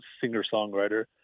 singer-songwriter